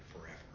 forever